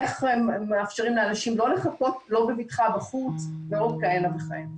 איך מאפשרים לאנשים לחכות בבטחה בחוץ ועוד כהנה וכהנה.